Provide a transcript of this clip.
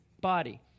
body